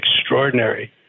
extraordinary